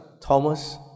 Thomas